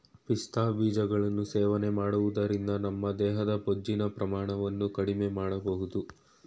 ಪಿಸ್ತಾ ಬೀಜಗಳನ್ನು ಸೇವನೆ ಮಾಡೋದ್ರಿಂದ ನಮ್ಮ ದೇಹದ ಬೊಜ್ಜಿನ ಪ್ರಮಾಣವನ್ನು ಕಡ್ಮೆಮಾಡ್ಬೋದು